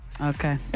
Okay